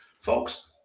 folks